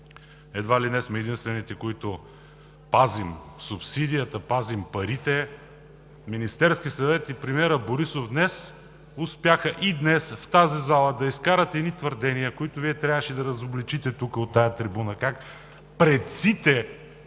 едва ли не сме единствените, които пазим субсидията, пазим парите, Министерският съвет и премиерът Борисов успяха и днес в тази зала да изкарат едни твърдения, които Вие трябваше да разобличите от тази трибуна, как предците